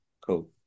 Cool